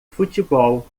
futebol